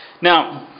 Now